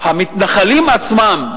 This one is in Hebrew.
המתנחלים עצמם,